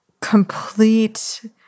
complete